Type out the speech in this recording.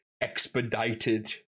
expedited